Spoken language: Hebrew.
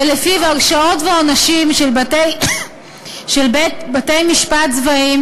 שלפיו הרשעות ועונשים של בתי-משפט צבאיים